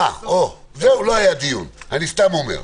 לא היה דיון, אני סתם אומר.